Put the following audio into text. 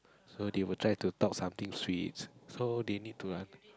so they will try to talk something sweet so they need to